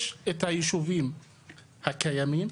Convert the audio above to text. יש את היישובים הקיימים,